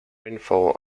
rainfall